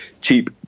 cheap